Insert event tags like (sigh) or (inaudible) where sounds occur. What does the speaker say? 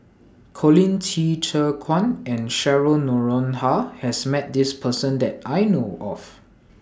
Colin Qi Zhe Quan and Cheryl Noronha has Met This Person (unintelligible) that I know of